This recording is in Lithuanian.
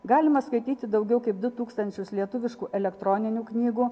galima skaityti daugiau kaip du tūkstančius lietuviškų elektroninių knygų